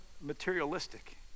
materialistic